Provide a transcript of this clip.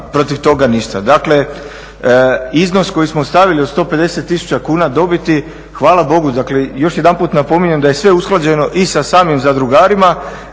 protiv toga ništa. Dakle, iznos koji smo stavili od 150 tisuća kuna dobiti, hvala Bogu, dakle još jedanput napominjem da je sve usklađeno i sa samim zadrugarima.